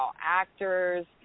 actors